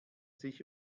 sich